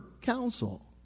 counsel